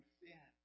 sin